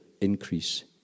increase